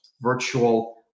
virtual